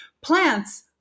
plants